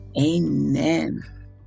Amen